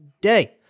day